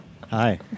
Hi